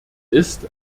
ist